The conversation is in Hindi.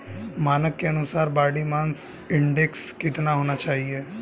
मानक के अनुसार बॉडी मास इंडेक्स कितना होना चाहिए?